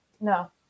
no